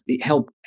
help